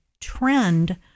trend